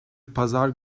pazar